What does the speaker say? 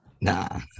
Nah